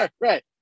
Right